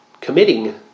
committing